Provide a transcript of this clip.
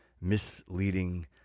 misleading